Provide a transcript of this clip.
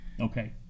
okay